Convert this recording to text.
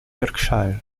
yorkshire